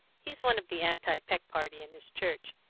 he's one of the anti-peck party in his church,